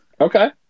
Okay